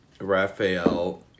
Raphael